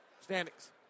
standings